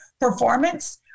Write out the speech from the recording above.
performance